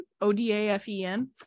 O-D-A-F-E-N